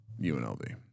UNLV